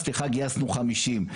גייסנו 50,